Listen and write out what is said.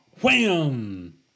wham